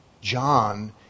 John